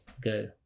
go